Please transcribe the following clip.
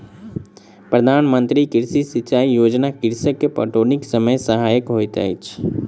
प्रधान मंत्री कृषि सिचाई योजना कृषक के पटौनीक समय सहायक होइत अछि